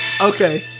Okay